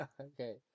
Okay